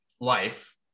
life